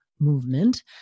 movement